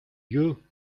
you